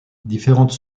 différentes